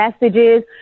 messages